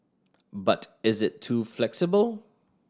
but is it too flexible